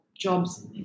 jobs